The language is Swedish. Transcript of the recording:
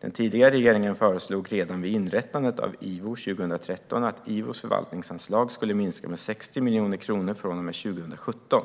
Den tidigare regeringen föreslog redan vid inrättandet av IVO 2013 att IVO:s förvaltningsanslag skulle minska med 60 miljoner kronor från och med 2017.